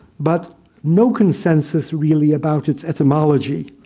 but no consensus, really, about its entomology.